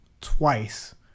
twice